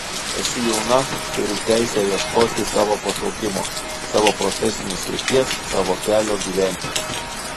esi jauna turi teisę ieškoti savo pašaukimo savo profesinės krypties savo kelio gyvenime